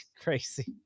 crazy